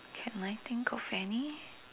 can I think of any